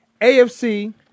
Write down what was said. AFC